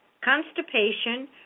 constipation